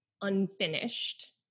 unfinished